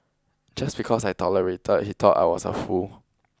just because I tolerated he thought I was a fool